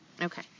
Okay